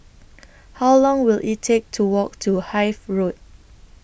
How Long Will IT Take to Walk to Hythe Road